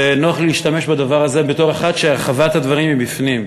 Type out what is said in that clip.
ונוח לי להשתמש בדבר הזה בתור אחד שחווה את הדברים מבפנים.